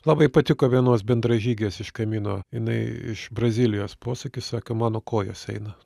labai patiko vienos bendražygės iš kamino jinai iš brazilijos posakis sako mano kojos eina